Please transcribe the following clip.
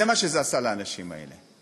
זה מה שזה עשה לאנשים האלה.